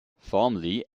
formally